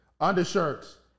undershirts